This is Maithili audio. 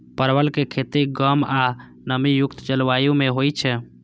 परवल के खेती गर्म आ नमी युक्त जलवायु मे होइ छै